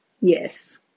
yes